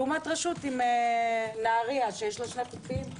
לעומת רשות כמו נהריה שיש לה שני חופים,